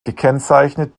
gekennzeichnet